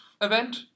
event